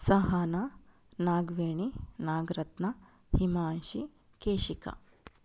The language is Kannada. ಸಹನ ನಾಗವೇಣಿ ನಾಗರತ್ನ ಹಿಮಾಂಶಿ ಕೇಶಿಕ